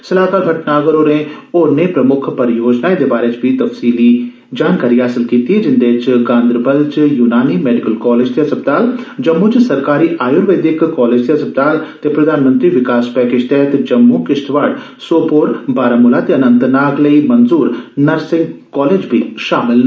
सलाह्कार भट्टनागर होरें होरने प्रमुक्ख परियोजनाएं दे बारै च बी तफसील हासल कीती जिन्दे च गांदरबल च युनानी मैडिकल कॉलेज ते अस्पताल जम्मू च सरकारी आयुर्वेदिक कॉलेज ते अस्पताल ते प्रधानमंत्री विकास पैकेज तैहत जम्मू किश्तवाड़ सोपोर बारामुला ते अनंतनाग लेह् मंजूर नर्सिंग कॉलेज बी शामल न